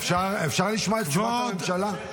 אפשר לשמוע את תשובת הממשלה?